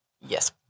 Yes